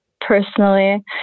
personally